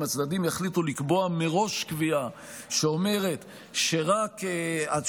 אם הצדדים יחליטו לקבוע מראש קביעה שאומרת שרק עד